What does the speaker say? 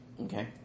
Okay